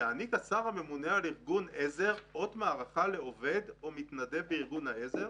יעניק השר הממונה על ארגון עזר אות מערכה לעובד או מתנדב בארגון העזר,